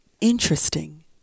interesting